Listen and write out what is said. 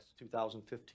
2015